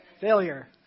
Failure